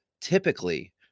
Typically